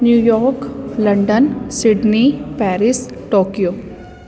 New York London Sydney Paris Tokyo